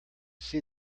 see